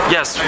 Yes